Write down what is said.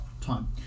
time